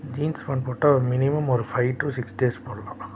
jeans pant போட்டால் minimum ஒரு five to six days போடலாம்